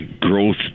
growth